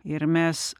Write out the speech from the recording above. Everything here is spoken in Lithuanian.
ir mes